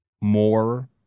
more